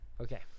Okay